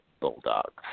bulldogs